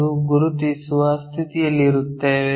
ಎಂದು ಗುರುತಿಸುವ ಸ್ಥಿತಿಯಲ್ಲಿರುತ್ತೇವೆ